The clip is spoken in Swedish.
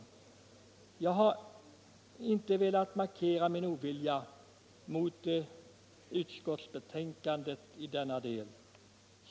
Det är inte fråga om något missnöje från min sida med utskottets betänkande i denna del.